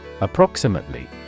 Approximately